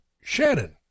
Shannon